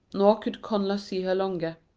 nor could connla see her longer.